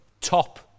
top